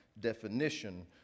definition